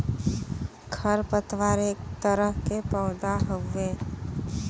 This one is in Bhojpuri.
खर पतवार एक तरह के पौधा हउवे